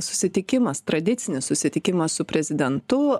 susitikimas tradicinis susitikimas su prezidentu